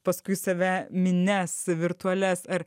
paskui save minias virtualias ar